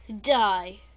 Die